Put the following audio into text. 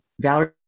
Valerie